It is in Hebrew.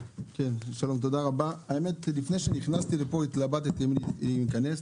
לפני שנכנסתי לפה התלבטתי אם להיכנס.